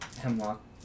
hemlock